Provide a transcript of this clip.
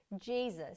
Jesus